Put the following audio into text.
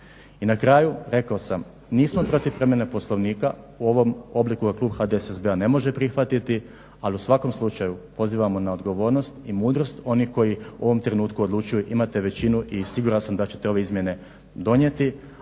I na kraju, rekao sam, nismo protiv promjene Poslovnika. U ovom obliku ga klub HDSSB-a ne može prihvatiti, ali u svakom slučaju pozivamo na odgovornost i mudrost onih koji u ovom trenutku odlučuju. Imate većinu i siguran sam da ćete ove izmjene donijeti,